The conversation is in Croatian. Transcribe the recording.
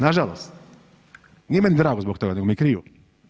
Nažalost, nije meni drago zbog toga, nego mi je krivo.